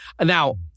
Now